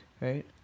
right